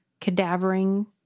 cadavering